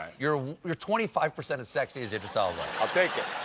ah you're you're twenty five percent as sexy as idris alba. i'll take it.